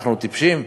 אנחנו טיפשים?